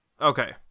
Okay